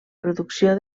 producció